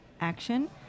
action